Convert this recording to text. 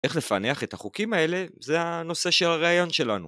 איך לפענח את החוקים האלה זה הנושא של הראיון שלנו.